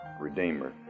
redeemer